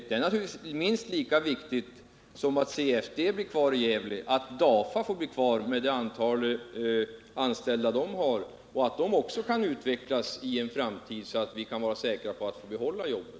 Det är naturligtvis minst lika viktigt att DAFA får vara kvar i Gävle med sina anställda som att CFD får vara det, och att verksamheten också kan utvecklas i en framtid, så att vi kan vara säkra på att få behålla jobben.